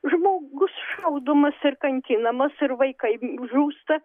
žmogus šaudomas ir kankinamas ir vaikai žūsta